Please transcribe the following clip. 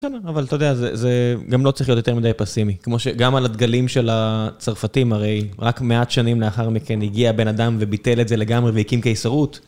בסדר, אבל אתה יודע, זה גם לא צריך להיות יותר מדי פסימי. כמו שגם על הדגלים של הצרפתים, הרי רק מעט שנים לאחר מכן הגיע בן אדם וביטל את זה לגמרי והקים קיסרות.